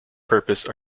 purpose